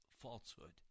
falsehood